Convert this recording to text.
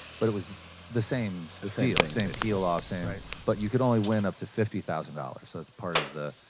but it was the same deal. the same same peel off, same but you could only win up to fifty thousand dollars so that's part of the